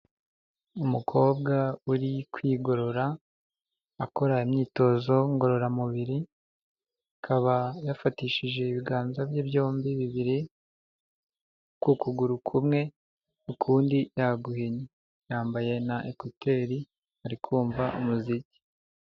Umukobwa uri kwigorora akora imyitozo ngororamubiri, akaba yafatishije ibiganza bye byombi bibiri ku kuguru kumwe ukundi yaguhinye, yambaye na ekuteri ari kumva umuziki.